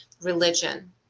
religion